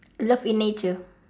love in nature